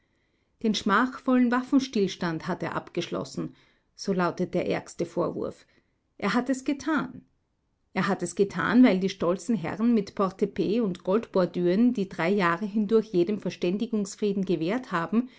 den schmachvollen waffenstillstand hat er abgeschlossen so lautet der ärgste vorwurf er hat es getan er hat es getan weil die stolzen herren mit portepee und goldbordüren die drei jahre hindurch jedem verständigungsfrieden gewehrt haben